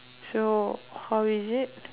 so how is it